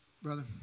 Brother